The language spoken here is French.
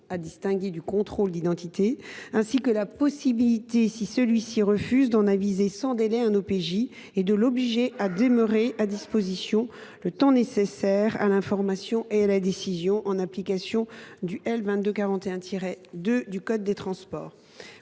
distinguer du contrôle d’identité –, ainsi que la possibilité, si ces derniers refusent, d’en aviser sans délai un OPJ et de les obliger à demeurer à disposition le temps nécessaire à l’information et à la décision de celui ci, en application de l’article L. 2241 2 du code des transports.